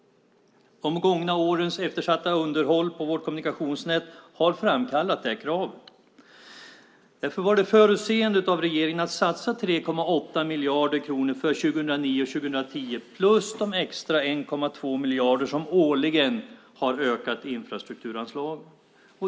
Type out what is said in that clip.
De gångna årens eftersatta underhåll av vårt kommunikationsnät har framkallat detta krav. Därför var det förutseende av regeringen att satsa 3,8 miljarder kronor för 2009 och 2010 plus de extra 1,2 miljarder som årligen har ökat infrastrukturanslagen.